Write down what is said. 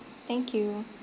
thank you